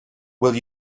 will